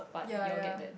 yea yea